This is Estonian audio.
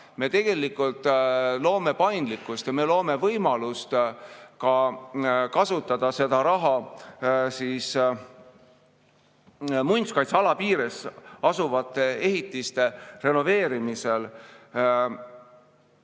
Me tegelikult loome paindlikkust, me loome võimalust kasutada seda raha muinsuskaitseala piires asuvate ehitiste renoveerimisel